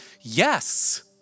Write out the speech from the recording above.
Yes